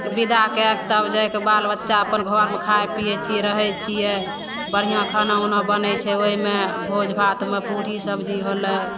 बिदा कए कऽ तब जाइ कऽ बालबच्चा अपन घरमे खाइ पीयै छियै रहै छियै बढ़िऑं खाना उना बनै छै ओहिमे भोज भातमे पूड़ी सब्जी होलै